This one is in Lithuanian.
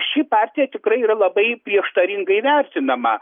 ši partija tikrai yra labai prieštaringai vertinama